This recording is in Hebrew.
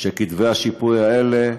שכתבי השיפוי האלה,